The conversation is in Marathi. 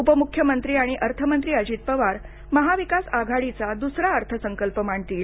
उपमुख्यमंत्री आणि अर्थमंत्री अजित पवार महाविकास आघाडीचा द्सरा अर्थसंकल्प मांडतील